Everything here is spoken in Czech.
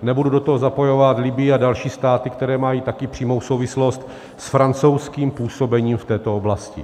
Nebudu do toho zapojovat Libyi a další státy, které mají taky přímou souvislost s francouzským působením v této oblasti.